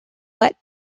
let